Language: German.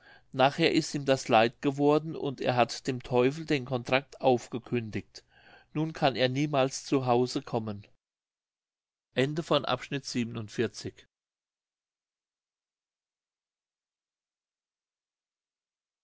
nachher ist ihm das leid geworden und er hat dem teufel den contrakt aufgekündigt nun kann er niemals zu hause kommen